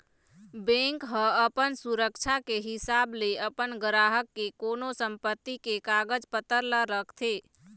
bank ह अपन सुरक्छा के हिसाब ले अपन गराहक के कोनो संपत्ति के कागज पतर ल रखथे